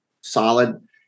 solid